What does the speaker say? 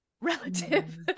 relative